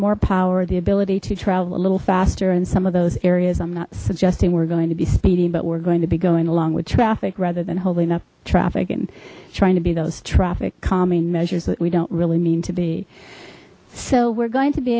more power the ability to travel a little faster in some of those areas i'm not suggesting we're going to be speeding but we're going to be going along with traffic rather than holding up traffic and trying to be those traffic calming measures that we don't really mean to be so we're going to be